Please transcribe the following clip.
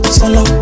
solo